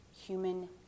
human